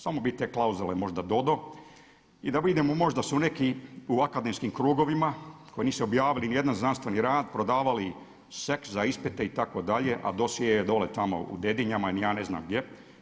Samo bi te klauzule možda dodao i da vidimo možda su neki u akademskim krugovima koji nisu objavili niti jedan znanstveni rad, prodavali sex za ispite itd., a dosje je dole tamo u Dedinjama, ni ja ne znam gdje.